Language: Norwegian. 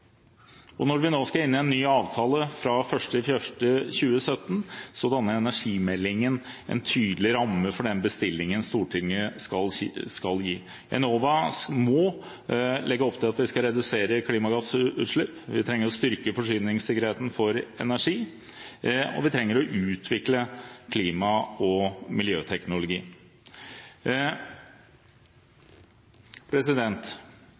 Når vi nå skal inn i en ny avtale fra 1. januar 2017, danner energimeldingen en tydelig ramme for den bestillingen Stortinget skal gi. Enova må legge opp til at vi skal redusere klimagassutslipp, vi trenger å styrke forsyningssikkerheten for energi, og vi trenger å utvikle klima- og miljøteknologi.